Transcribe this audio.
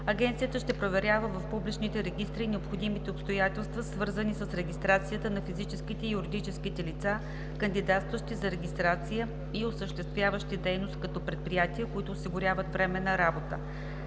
Агенцията ще проверява в публичните регистри необходимите обстоятелства, свързани с регистрацията на физическите и юридическите лица, кандидатстващи за регистрация и осъществяващи дейност като предприятия, които осигуряват временна работа.